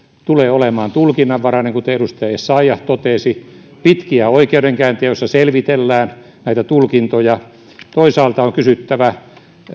tulee olemaan tulkinnanvarainen kuten edustaja essayah totesi pitkiä oikeudenkäyntejä joissa selvitellään näitä tulkintoja toisaalta on kysyttävä